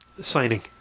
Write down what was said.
signing